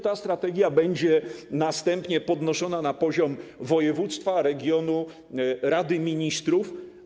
Ta strategia będzie następnie podnoszona na poziom województwa, regionu, Rady Ministrów.